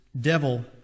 devil